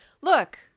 Look